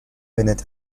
bennett